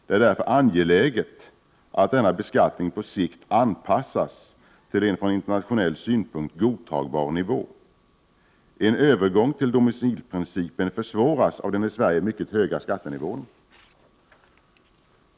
Det är därför angeläget att denna beskattning på sikt anpassas till en från internationell synpunkt godtagbar nivå. En övergång till domicilprincipen försvåras av den i Sverige mycket höga skattenivån.